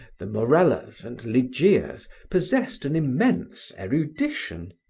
the morellas and ligeias, possessed an immense erudition.